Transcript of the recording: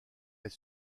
est